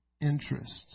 interests